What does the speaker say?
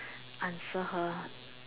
answer her